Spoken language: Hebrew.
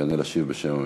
יעלה להשיב בשם הממשלה.